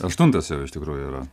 aštuntas jau iš tikrųjų yra